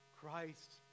Christ